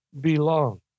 belong